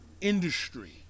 industry